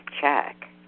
check